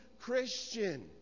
Christian